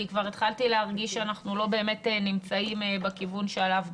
כי כבר התחלתי להרגיש שאנחנו לא באמת נמצאים בכיוון שעליו דיברנו,